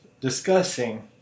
discussing